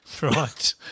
Right